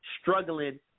struggling